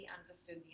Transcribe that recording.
understood